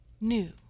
new